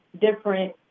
different